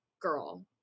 girl